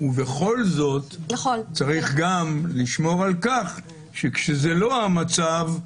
ובכל זאת צריך גם לשמור על כך שכשזה לא המצב,